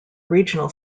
regional